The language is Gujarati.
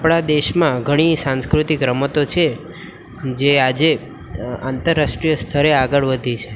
આપણાં દેશમાં ઘણી સાંસ્કૃતિક રમતો છે જે આજે આંતરરાષ્ટ્રીય સ્તરે આગળ વધી છે